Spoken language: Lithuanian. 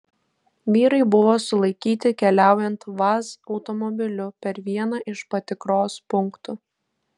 vyrai buvo sulaikyti keliaujant vaz automobiliu per vieną iš patikros punktų